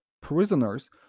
prisoners